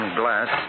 glass